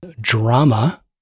drama